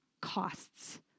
costs